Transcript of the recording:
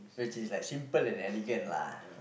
which is like simple and elegant lah